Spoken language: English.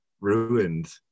ruined